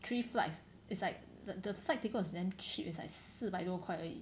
three flights is like the the flight ticket was damn cheap it's like 四百多块而已